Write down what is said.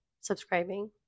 subscribing